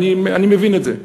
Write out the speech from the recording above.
אני מבין את זה,